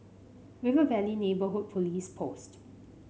River Valley Neighbourhood Police Post